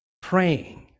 praying